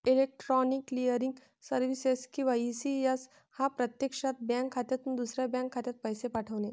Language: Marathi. इलेक्ट्रॉनिक क्लिअरिंग सर्व्हिसेस किंवा ई.सी.एस हा प्रत्यक्षात बँक खात्यातून दुसऱ्या बँक खात्यात पैसे पाठवणे